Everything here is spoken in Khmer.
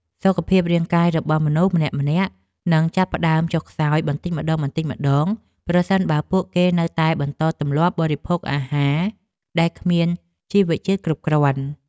សុខភាពរាងកាយរបស់មនុស្សម្នាក់ៗនឹងចាប់ផ្តើមចុះខ្សោយបន្តិចម្តងៗប្រសិនបើពួកគេនៅតែបន្តទម្លាប់បរិភោគអាហារដែលគ្មាន ជីវជាតិគ្រប់គ្រាន់។